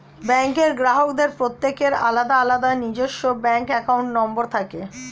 ব্যাঙ্কের গ্রাহকদের প্রত্যেকের আলাদা আলাদা নিজস্ব ব্যাঙ্ক অ্যাকাউন্ট নম্বর থাকে